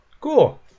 cool